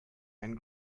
and